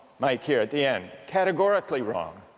like here at the end categorically wrong.